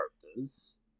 characters